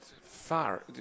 far